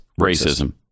racism